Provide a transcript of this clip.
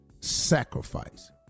sacrifice